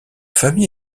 famille